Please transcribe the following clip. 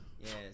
Yes